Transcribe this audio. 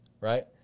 right